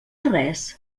res